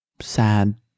sad